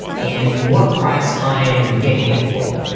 and what price i'm getting it for.